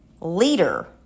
leader